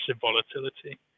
volatility